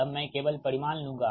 अब मैं केवल परिमाण लूँगा